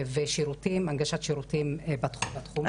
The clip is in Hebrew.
ושירותים, הנגשת שירותים בתחום הזה.